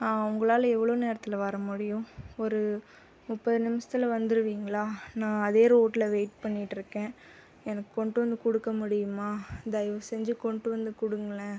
உங்களால் எவ்வளோ நேரத்தில் வர முடியும் ஒரு முப்பது நிமிஷத்தில் வந்துடுவீங்களா நான் அதே ரோட்டில் வெயிட் பண்ணிட்டு இருக்கேன் எனக்கு கொண்டு வந்து கொடுக்க முடியுமா தயவு செஞ்சி கொண்டு வந்து கொடுங்களேன்